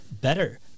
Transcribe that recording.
better